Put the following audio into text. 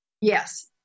Yes